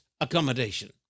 accommodation